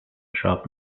sharp